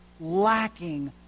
lacking